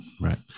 Right